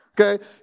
Okay